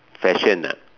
fashion ah